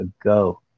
ago